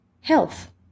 Health